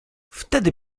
wtedy